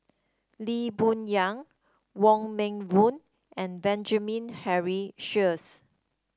Lee Boon Yang Wong Meng Voon and Benjamin Henry Sheares